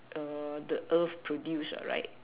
the earth produce right